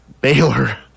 Baylor